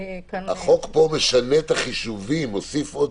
החוק פה משנה את החישובים, מוסיף עוד